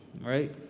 right